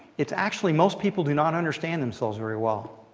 it's actually most people do not understand themselves very well.